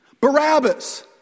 Barabbas